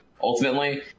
ultimately